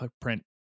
print